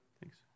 Thanks